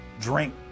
drink